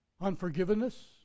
Unforgiveness